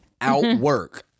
outwork